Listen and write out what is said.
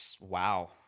wow